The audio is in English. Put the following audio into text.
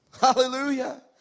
Hallelujah